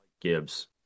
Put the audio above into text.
Gibbs